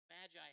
Magi